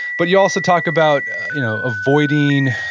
but you also talk about you know avoiding,